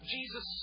Jesus